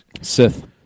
Sith